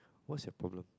what's your problem